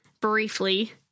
briefly